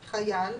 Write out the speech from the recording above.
חייל,